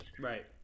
Right